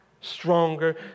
stronger